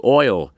oil